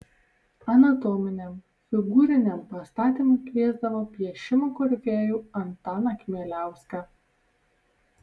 anatominiam figūriniam pastatymui kviesdavo piešimo korifėjų antaną kmieliauską